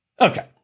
Okay